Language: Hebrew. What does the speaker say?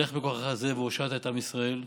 לך בכוחך זה והושעת את עם ישראל.